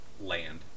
land